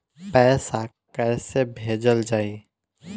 पैसा कैसे भेजल जाइ?